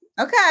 Okay